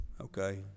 okay